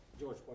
George